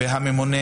והממונה